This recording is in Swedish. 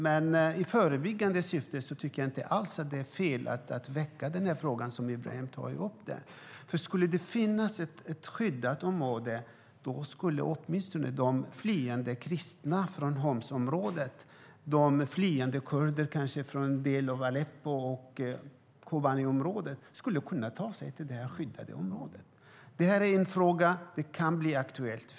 Men i förebyggande syfte tycker jag inte alls att det är fel att väcka den fråga som Ibrahim Baylan tar upp. Skulle det finnas ett skyddat område skulle åtminstone de flyende kristna från Humsområdet och kanske flyende kurder från en del av Aleppo och Kobaniområdet kunna ta sig till det skyddade området. Detta är en fråga som kan bli aktuell.